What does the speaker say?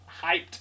Hyped